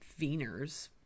veners